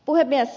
puhemies